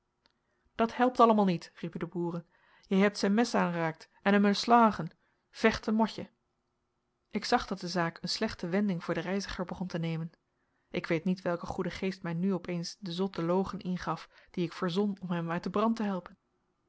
dat helpt allemaal niet riepen de boeren jij hebt zijn mes an'eraakt en hum eslaogen vechten motje ik zag dat de zaak een slechte wending voor den reiziger begon te nemen ik weet niet welke goede geest mij nu op eens den zotten logen ingaf dien ik verzon om hem uit den brand te helpen